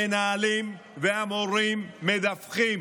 המנהלים והמורים מדווחים